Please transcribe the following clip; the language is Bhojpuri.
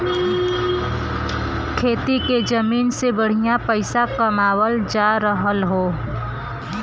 खेती के जमीन से बढ़िया पइसा कमावल जा रहल हौ